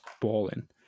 balling